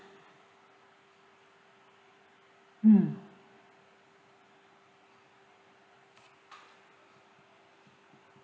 mm